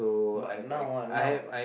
but now ah now